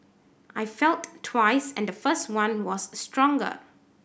I felt twice and the first one was stronger